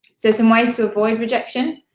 so, some ways to avoid rejection